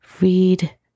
read